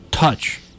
touch